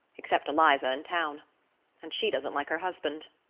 except eliza in town and she doesn't like her husband.